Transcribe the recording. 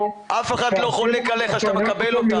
אף אחד לא חולק על כך שאתה מקבל אותם.